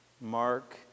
Mark